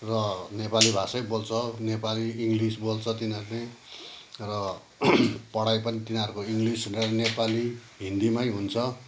र नेपाली भाषै बोल्छ नेपाली इङ्ग्लिस बोल्छ तिनीहरूले र पढाइ पनि तिनीहरूको इङ्ग्लिस र नेपाली हिन्दीमै हुन्छ